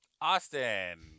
Austin